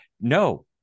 no